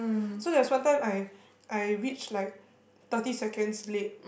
so there was one time I I reach like thirty seconds late